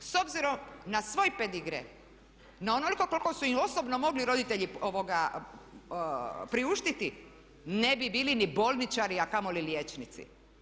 S obzirom na svoj pedigre, na onoliko koliko su im osobno mogli roditelji priuštiti ne bi bili ni bolničari, a kamoli liječnici.